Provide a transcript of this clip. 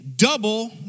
double